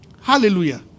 Hallelujah